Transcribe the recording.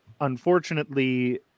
unfortunately